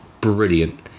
brilliant